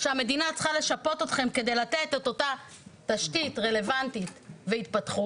שהמדינה צריכה לשפות אתכם כדי לתת את אותה תשתית רלוונטית והתפתחות.